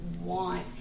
want